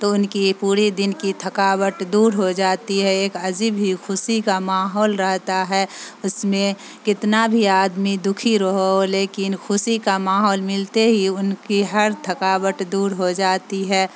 تو ان کی پوری دن کی تھکاوٹ دور ہو جاتی ہے ایک عزیب ہی خوشی کا ماحول رہتا ہے اس میں کتنا بھی آدمی دکھی رہو لیکن خوشی کا ماحول ملتے ہی ان کی ہر تھکاوٹ دور ہو جاتی ہے